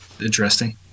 interesting